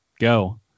go